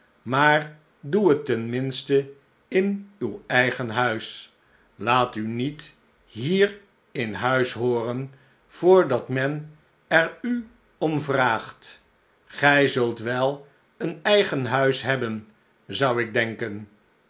maar doe het ten minste in uw eigen huis laat u niet hier in huis hooren voordat men er u om vraagt gij zult wel een eigen huis hebben zou ik denken